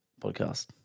Podcast